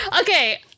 Okay